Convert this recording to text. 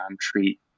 treat